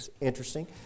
interesting